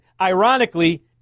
ironically